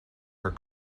her